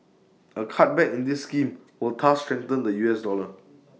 A cutback in this scheme will thus strengthen the U S dollar